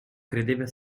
credeva